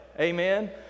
Amen